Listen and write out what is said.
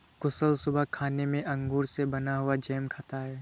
कुशल सुबह खाने में अंगूर से बना हुआ जैम खाता है